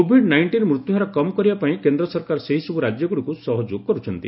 Covid nineteen ମୃତ୍ୟୁହାର କମ୍ କରିବା ପାଇଁ କେନ୍ଦ୍ର ସରକାର ସେହିସବୁ ରାଜ୍ୟଗୁଡ଼ିକୁ ସହଯୋଗ କରୁଛନ୍ତି